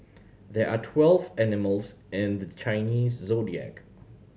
there are twelve animals in the Chinese Zodiac